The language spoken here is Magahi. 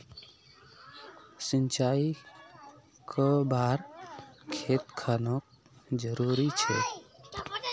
सिंचाई कै बार खेत खानोक जरुरी छै?